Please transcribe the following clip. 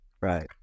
right